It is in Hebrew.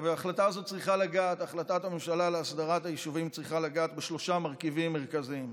החלטת הממשלה להסדרת היישובים צריכה לגעת בשלושה מרכיבים מרכזיים: